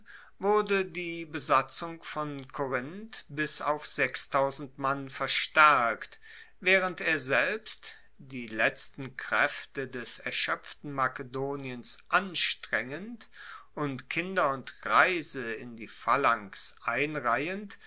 wurde die besatzung von korinth bis auf mann verstaerkt waehrend er selbst die letzten kraefte des erschoepften makedoniens anstrengend und kinder und greise in die phalanx einreihend